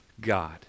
God